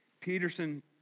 Peterson